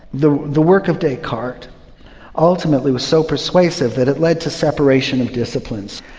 the the work of descartes ultimately was so persuasive that it led to separation of disciplines,